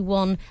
one